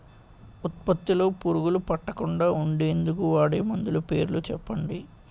ఉత్పత్తి లొ పురుగులు పట్టకుండా ఉండేందుకు వాడే మందులు పేర్లు చెప్పండీ?